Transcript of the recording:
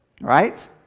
right